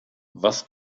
was